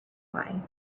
why